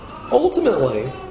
Ultimately